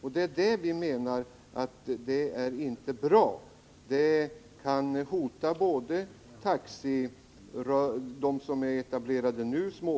Det är detta som vi menar kan innebära både ett hot mot de småföretagare som nu är etablerade och en minskning